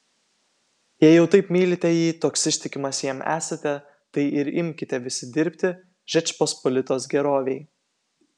jei jau taip mylite jį toks ištikimas jam esate tai ir imkite visi dirbti žečpospolitos gerovei